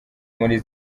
muri